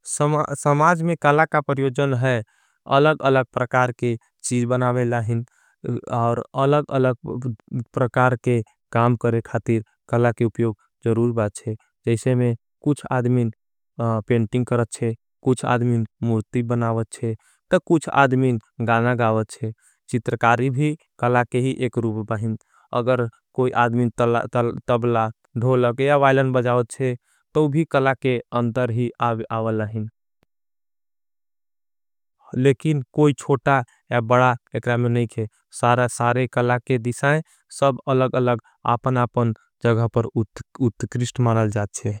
समाज में कला का परियोजन है अलग अलग प्रकार के चीज। बनावे लाहिन और अलग अलग प्रकार के काम करे खातिर। कला के उप्योग जरूर बाचे जैसे में कुछ आद्मिन पेंटिंग कर चे। कुछ आद्मिन मूर्ति बनावे चे तक कुछ आद्मिन गाना गावे चे।। चित्रकारी भी कला के ही एक रूब बाहिन अगर कोई। आद्मिन तबला धोला के या वाइलन बजाओ चे तो भी कला। के अंतर ही आवे आवे लाहिन लेकिन कोई छोटा या बड़ा। एकरामे नहीं करे सारे कला के दिशाएं सब अलग अलग। आपन आपन जगह पर उत्कृरिष्ट मनल जाथ चे।